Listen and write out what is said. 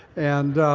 and